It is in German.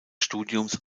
studiums